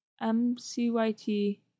M-C-Y-T